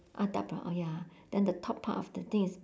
ah dark brown ah ya then the top part of the thing is